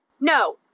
no